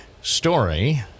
story